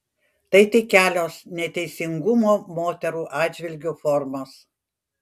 tai tik kelios neteisingumo moterų atžvilgiu formos